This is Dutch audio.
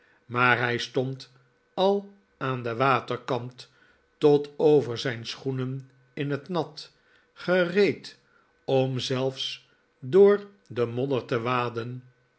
maar hij stond al aan den waterkant tot over zijn schoenen in het nat gereed om zelfs door den modder te waden